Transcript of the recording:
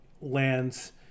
lands